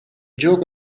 gioco